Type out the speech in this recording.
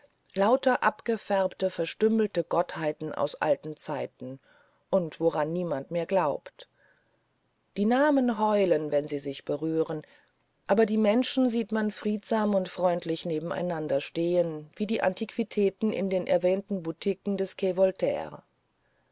lauter abgefärbte verstümmelte gottheiten aus allen zeitaltern und woran niemand mehr glaubt die namen heulen wenn sie sich berühren aber die menschen sieht man friedsam und freundlich nebeneinanderstehen wie die antiquitäten in den erwähnten butiken des quai voltaire